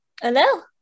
Hello